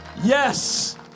Yes